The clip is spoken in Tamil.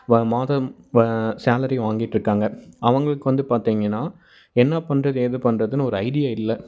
மாதம் சேலரி வாங்கிட்டு இருக்காங்க அவங்களுக்கு வந்து பார்த்தீங்கன்னா என்னப் பண்ணுறது ஏதுப் பண்ணுறதுன்னு ஒரு ஐடியா இல்லை